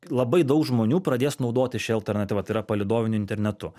labai daug žmonių pradės naudotis šia alternatyva tai yra palydoviniu internetu